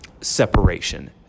separation